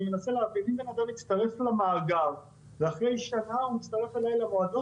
אם בן אדם הצטרף למאגר ואחרי שנה הוא הצטרף אליי למועדון